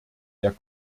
der